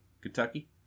Kentucky